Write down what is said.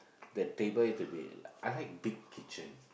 the table it to be I like big kitchen